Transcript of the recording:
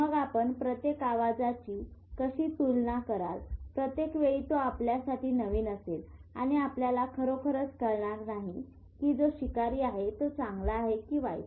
मग आपण प्रत्येक आवाजाशी कशाची तुलना कराल प्रत्येक वेळी तो आपल्यासाठी नवीन असेल आणि आपल्याला खरोखरच कळणार नाही की जो शिकारी आहे तो चांगला आहे कि वाईट